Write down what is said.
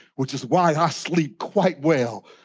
which is why i sleep quite well,